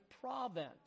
province